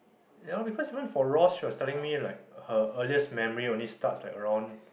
ya because even for Ross she was telling me like her earliest memory only start like around